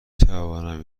توانم